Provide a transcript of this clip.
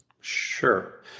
Sure